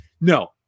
No